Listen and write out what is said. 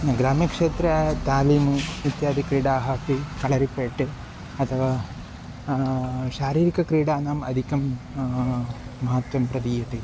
ग्राम्यक्षेत्रे तालिम् इत्यादिक्रीडाः अपि कळरिपेट् अथवा शारीरिकक्रीडानाम् अधिकं महत्त्वं प्रदीयते